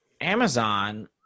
Amazon